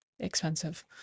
expensive